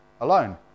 alone